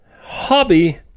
hobby